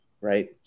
right